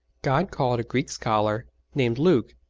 god called a greek scholar, named luke,